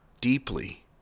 deeply